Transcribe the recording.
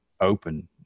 open